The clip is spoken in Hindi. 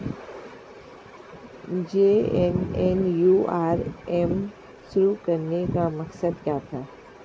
जे.एन.एन.यू.आर.एम शुरू करने का मकसद क्या था?